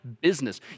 business